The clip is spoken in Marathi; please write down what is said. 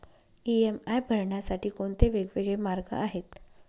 इ.एम.आय भरण्यासाठी कोणते वेगवेगळे मार्ग आहेत?